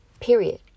Period